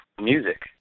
music